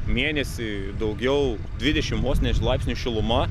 mėnesį daugiau dvidešimt vos ne laipsnių šiluma